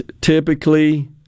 typically